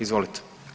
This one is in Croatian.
Izvolite.